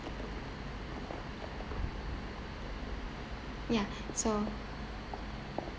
ya so